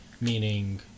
Meaning